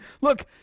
look